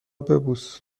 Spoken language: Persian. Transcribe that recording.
ببوس